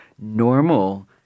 normal